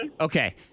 Okay